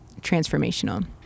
transformational